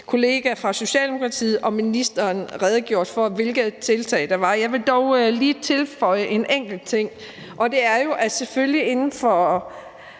kollega fra Socialdemokratiet og ministeren redegjort for, hvilke tiltag der er. Jeg vil dog lige tilføje en enkelt ting, og det er, at man selvfølgelig ifølge